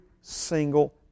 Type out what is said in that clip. single